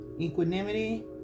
Equanimity